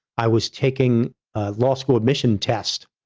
i was taking law school admission test,